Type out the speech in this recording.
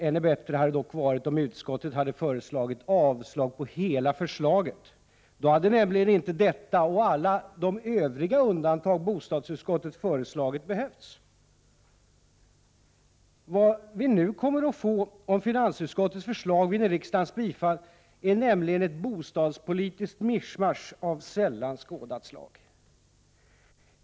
Ännu bättre hade dock varit om utskottet hade föreslagit avslag på hela förslaget. Då hade nämligen inte detta och alla de övriga undantag bostadsutskottet föreslagit behövts. Vad vi nu kommer att få, om finansutskottets förslag vinner riksdagens bifall, är nämligen ett bostadspolitiskt mischmasch av sällan skådat slag.